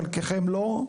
חלקכם לא.